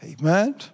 Amen